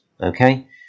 okay